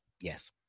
Yes